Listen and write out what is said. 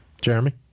Jeremy